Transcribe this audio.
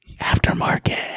Aftermarket